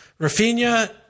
Rafinha